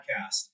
podcast